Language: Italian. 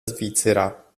svizzera